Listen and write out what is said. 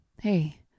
hey